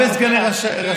הרבה סגני יושבי-ראש,